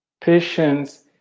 patience